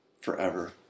forever